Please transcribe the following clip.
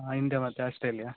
India ಮತ್ತು Australia